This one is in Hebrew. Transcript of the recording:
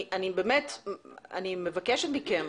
אני מבקשת מכם,